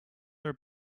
are